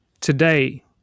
Today